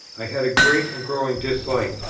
i had a great and growing dislike,